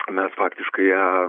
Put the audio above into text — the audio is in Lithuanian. o mes faktiškai ją